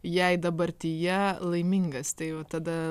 jei dabartyje laimingas tai va tada